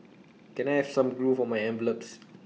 can I have some glue for my envelopes